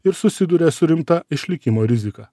ir susiduria su rimta išlikimo rizika